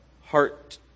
heart